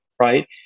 right